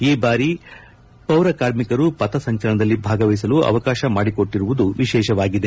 ಈ ಬಾರಿ ಅವರ ಪೌರ ಕಾರ್ಮಿಕರು ಪಥಸಂಚಲನದಲ್ಲಿ ಭಾಗವಹಿಸಲು ಅವಕಾಶ ಮಾಡಿಕೊಟ್ಟಿರುವುದು ವಿಶೇಷವಾಗಿದೆ